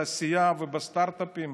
בתעשייה ובסטרטאפים